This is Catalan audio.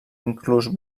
inclús